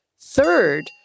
third